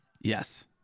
Yes